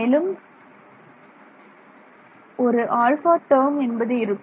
மேலும் ஒரு α டேர்ம் என்பது இருக்கும்